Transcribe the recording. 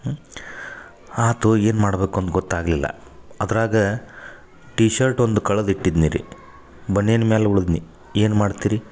ಹ್ಞೂ ಆತು ಏನು ಮಾಡಬೇಕು ಅಂದು ಗೊತ್ತಾಗಲಿಲ್ಲ ಅದ್ರಾಗ ಟೀಶರ್ಟ್ ಒಂದು ಕಳದು ಇಟ್ಟಿದ್ನೆ ರೀ ಬನಿಯನ್ ಮ್ಯಾಲ ಉಳ್ದ್ನಿ ಏನು ಮಾಡ್ತೀರಿ